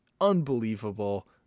unbelievable